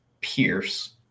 Pierce